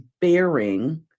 bearing